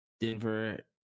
Denver